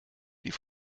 die